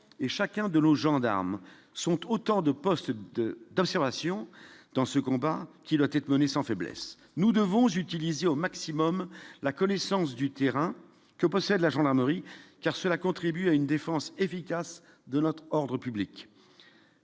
et chacun de l'eau gendarmes sont autant de postes de d'observation dans ce combat qui doit être mené sans faiblesse, nous devons utiliser au maximum la connaissance du terrain que possède la gendarmerie car cela contribue à une défense efficace de notre ordre public